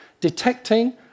detecting